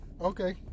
Okay